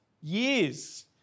years